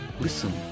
Listen